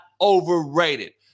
overrated